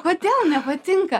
kodėl nepatinka